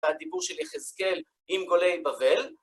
והדיבור של יחזקאל עם גולי בבל.